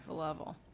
ah level?